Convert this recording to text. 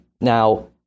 Now